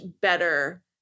better